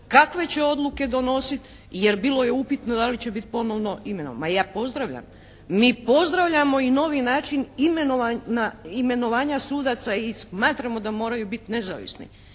kakve će odluke donosit jer bilo je upitno da li će bit ponovno imenovan. Ma ja pozdravljam, mi pozdravljamo i novi način imenovanja sudaca i smatramo da moraju bit nezavisni.